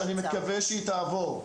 שאני מקווה שהיא תעבור.